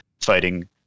fighting